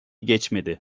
geçmedi